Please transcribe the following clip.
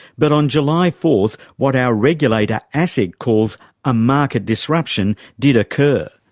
but on july four, what our regulator, asic, calls a market disruption did occur.